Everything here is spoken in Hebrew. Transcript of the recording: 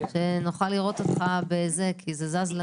כדי שנוכל לראות אותך כי זה זז.